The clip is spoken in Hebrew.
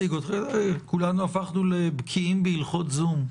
כולנו הפכנו לבקיאים בהלכות זום.